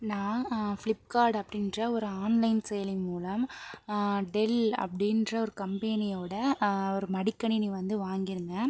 நான் ஃப்ளிப்கார்ட் அப்படின்ற ஒரு ஆன்லைன் செயலி மூலம் டெல் அப்படின்ற ஒரு கம்பெனிவோடய ஒரு மடிக்கணினி வந்து வாங்கி இருந்தேன்